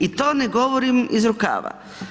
I to ne govorim iz rukava.